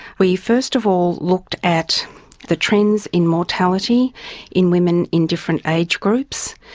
we first of all looked at the trends in mortality in women in different age groups.